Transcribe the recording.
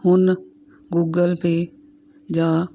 ਹੁਣ Google Pay ਜਾਂ